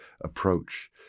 approach